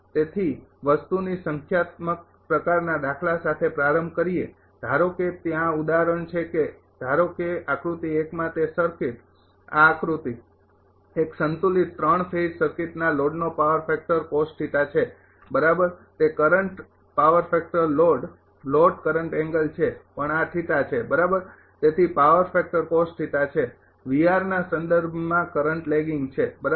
તેથી વસ્તુની સંખ્યાત્મક પ્રકારના દાખલા સાથે પ્રારંભ કરીએ ધારો કે ત્યાં ઉદાહરણ છે કે ધારો કે આકૃતિ ૧ માં તે સર્કિટ આ આકૃતિ એક સંતુલિત ત્રણ ફેઝ સર્કિટના લોડનો પાવર ફેક્ટર છે બરાબર તે current power factor load load current angle છે પણ આ છે બરાબર તેથી પાવર ફેક્ટર છે ના સંદર્ભમાં કરંટ લેગિંગ છે બરાબર